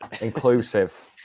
Inclusive